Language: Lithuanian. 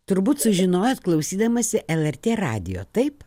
turbūt sužinojot klausydamasi lrt radijo taip